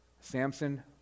Samson